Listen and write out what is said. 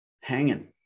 hanging